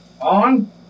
On